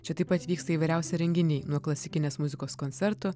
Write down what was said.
čia taip pat vyksta įvairiausi renginiai nuo klasikinės muzikos koncertų